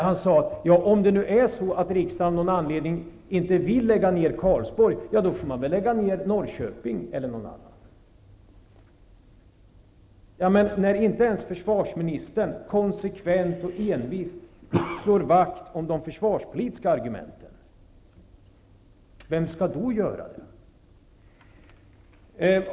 Han sade att om riksdagen av någon anledning inte vill lägga ned Karlsborg får man väl lägga ned flottiljen i t.ex. Norrköping. När inte ens försvarsministern konsekvent och envist slår vakt om de försvarspolitiska argumenten, vem skall då göra det?